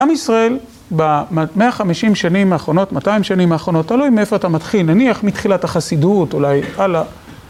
עם ישראל ב-150 שנים האחרונות, 200 שנים האחרונות, תלוי מאיפה אתה מתחיל, נניח מתחילת החסידות אולי, הלאה.